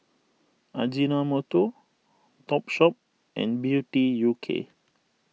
Ajinomoto Topshop and Beauty U K